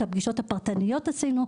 את הפגישות הפרטניות עשינו,